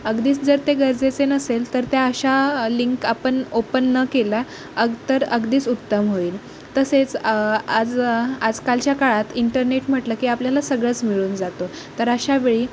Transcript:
अगदीच जर ते गरजेचे नसेल तर त्या अशा लिंक आपण ओपन न केला अग तर अगदीच उत्तम होईल तसेच आज आजकालच्या काळात इंटरनेट म्हटलं की आपल्याला सगळंच मिळून जातो तर अशावेळी